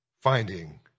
finding